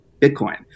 Bitcoin